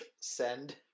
Send